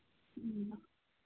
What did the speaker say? ꯎꯝ